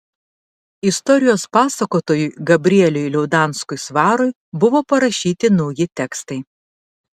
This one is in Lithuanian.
istorijos pasakotojui gabrieliui liaudanskui svarui buvo parašyti nauji tekstai